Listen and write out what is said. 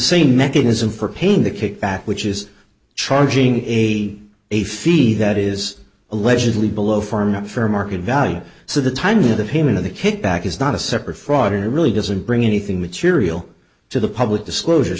same mechanism for pain the kickback which is charging a a fee that is allegedly below farm fair market value so the timing of the payment of the kick back is not a separate fraud it really doesn't bring anything material to the public disclosure